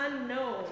unknown